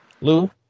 Lou